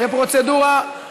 זו הפרוצדורה.